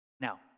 Now